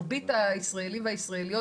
מרבית הישראלים והישראליות,